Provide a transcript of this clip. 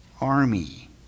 Army